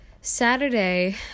Saturday